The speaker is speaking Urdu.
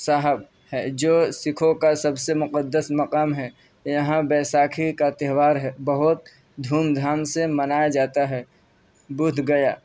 صاحب ہے جو سکھوں کا سب سے مقدس مقام ہے یہاں بیساکھی کا تہوار ہے بہت دھوم دھام سے منایا جاتا ہے بدھ گیا